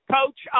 Coach